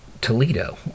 Toledo